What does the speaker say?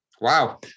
Wow